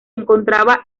encontraba